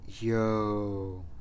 Yo